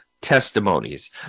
testimonies